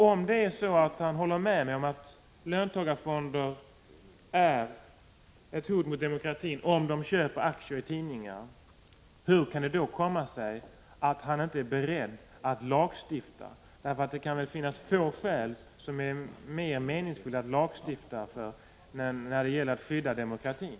Om statsrådet håller med mig om att löntagarfonder är ett hot mot demokratin när de köper aktier i tidningar, hur kan det då komma sig att han inte är beredd att lagstifta? Det är väl i få fall som det är mer meningsfullt att lagstifta än när det gäller att skydda demokratin.